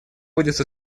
будет